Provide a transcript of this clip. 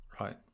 Right